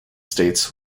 states